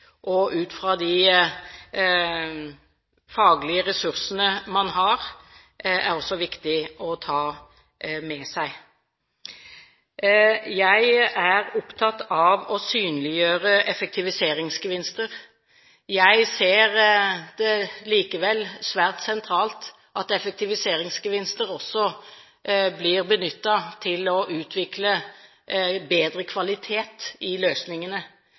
og ut fra de faglige ressursene man har. Det er det også viktig å ta med seg. Jeg er opptatt av å synliggjøre effektiviseringsgevinster. Jeg ser det likevel som svært sentralt at effektiviseringsgevinster også blir benyttet til å utvikle bedre kvalitet på løsningene,